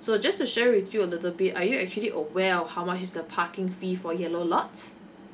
so just to share with you a little bit are you actually aware of how much is the parking fee for yellow lots